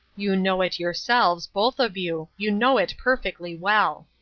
you know it yourselves both of you you know it perfectly well.